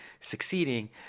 succeeding